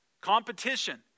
competition